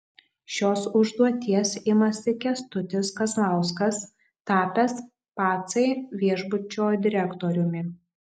šios užduoties imasi kęstutis kazlauskas tapęs pacai viešbučio direktoriumi